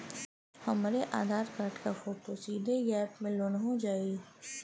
हमरे आधार कार्ड क फोटो सीधे यैप में लोनहो जाई?